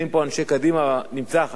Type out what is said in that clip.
נמצא חבר כנסת אחד מקדימה,